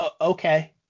Okay